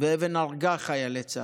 ואבן הרגה חיילי צה"ל,